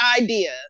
idea